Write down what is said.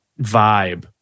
vibe